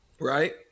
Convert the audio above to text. right